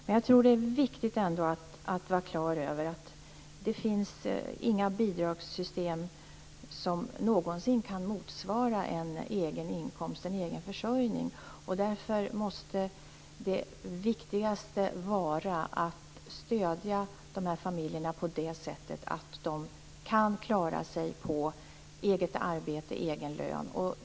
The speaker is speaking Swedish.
Jag tror ändå att det är viktigt att vara klar över att det inte finns några bidragssystem som någonsin kan motsvara en egen inkomst, en egen försörjning. Därför måste det viktigaste vara att stödja de här familjerna så att de kan klara sig på eget arbete och egen lön.